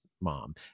mom